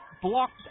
blocked